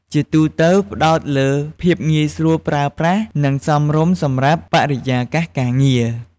ជាទូទៅផ្តោតលើភាពងាយស្រួលប្រើប្រាស់ និងសមរម្យសម្រាប់បរិយាកាសការងារ។